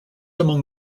among